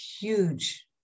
huge